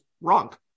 wrong